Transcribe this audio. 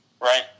Right